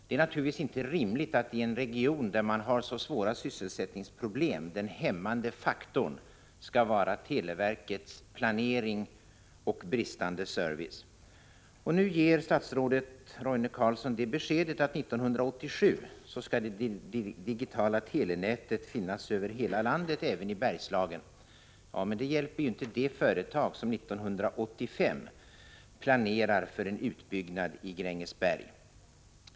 Det är inte rimligt att i en region med sysselsättningsproblem den hämmande faktorn skall vara televerkets planering och bristande service. Nu ger statsrådet Roine Carlsson det beskedet att 1987 skall det digitala telenätet finnas över hela landet, även i Bergslagen. Ja, men det hjälper inte ett företag som 1985 planerar en utbyggnad i Grängesberg.